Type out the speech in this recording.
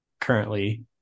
currently